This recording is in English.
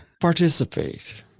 participate